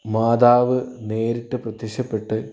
മാതാവ് നേരിട്ട് പ്രത്യക്ഷപ്പെട്ട്